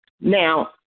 now